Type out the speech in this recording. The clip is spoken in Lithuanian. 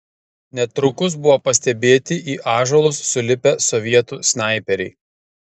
netrukus buvo pastebėti į ąžuolus sulipę sovietų snaiperiai